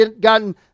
gotten